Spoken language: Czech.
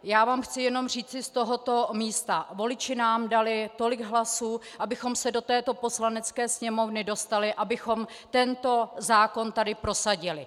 Já vám chci jenom říci z tohoto místa: Voliči nám dali tolik hlasů, abychom se do této Poslanecké sněmovny dostali, abychom tento zákon tady prosadili.